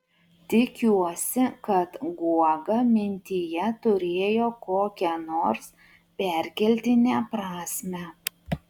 tikiuosi kad guoga mintyje turėjo kokią nors perkeltinę prasmę